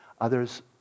Others